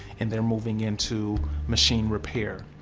and they're moving into machine repair,